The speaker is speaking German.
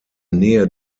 nähe